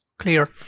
clear